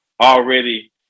already